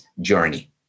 journey